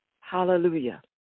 Hallelujah